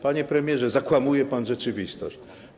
Panie premierze, zakłamuje pan rzeczywistość.